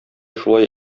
шулай